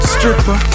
Stripper